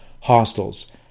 hostels